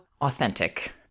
authentic